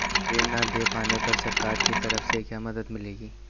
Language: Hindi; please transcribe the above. ऋण न दें पाने पर सरकार की तरफ से क्या मदद मिलेगी?